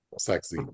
sexy